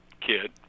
kid